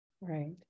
Right